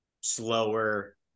slower